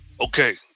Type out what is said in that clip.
okay